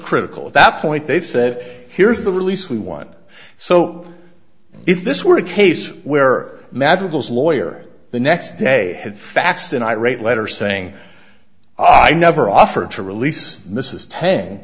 critical at that point they say here's the release we want so if this were a case where madrigals lawyer the next day had faxed an irate letter saying i never offered to release mrs ten